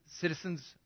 Citizens